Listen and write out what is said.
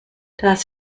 das